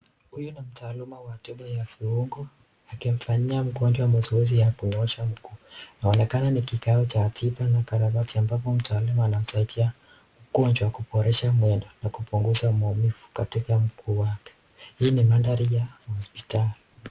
Huyu ni taaluma wa tibu za viongo akimfanyia mgonjwa mazoezi ya kunyoosha mguu. Inaonekana ni kikao cha hatiba na karabati ambapo mtaaluma anamsaidia mgonjwa kuboresha mwendo na kupunguza maumivu katika mguu wake. Hii ni mandhari ya hospitali.